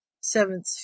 seventh